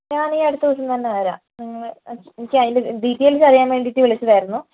ഞാൻ ഈ അടുത്ത ദിവസം തന്നെ വരാം നിങ്ങൾ എനിക്ക് അതിൻ്റെ ഡീറ്റെയിൽസ് അറിയാൻ വേണ്ടിയിട്ട് വിളിച്ചതായിരുന്നു